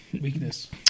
weakness